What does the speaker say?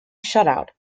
shutout